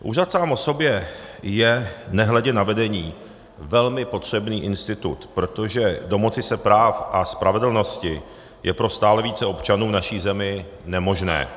Úřad sám o sobě je nehledě na vedení velmi potřebný institut, protože domoci se práv a spravedlnosti je pro stále více občanů v naší zemi nemožné.